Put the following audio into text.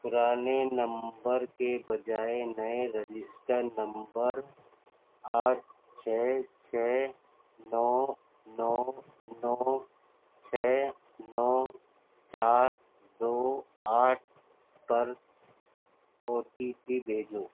پرانے نمبر کے بجائے نیے رجسٹرڈ نمبر آٹھ چھ چھ نو نو نو چھ نو چار دو آٹھ پر او ٹی پی بھیجو